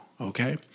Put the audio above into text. okay